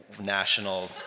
national